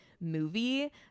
movie